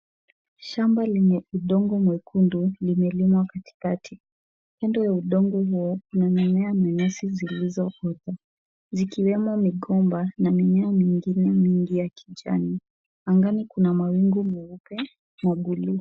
Shambaa lenye udongo mwekundu limelimwa katikati. Kando ya udongo huo kuna mimea na nyasi zilizoota zikiwemo migomba na mimea mingine ya kijani. Angani kuna mawingu meupe na buluu.